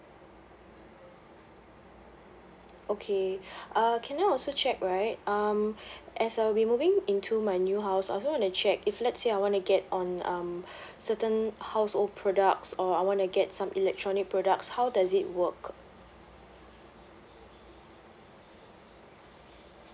okay err can I also check right um as uh we moving into my new house I also want to check if let's say I want to get on um certain household products or I want to get some electronic products how does it work